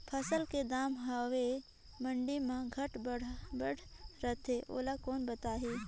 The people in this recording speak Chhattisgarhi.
फसल के दम हवे मंडी मा घाट बढ़ा रथे ओला कोन बताही?